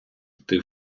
йти